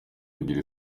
kugira